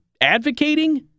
advocating